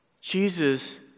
Jesus